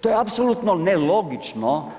To je apsolutno nelogično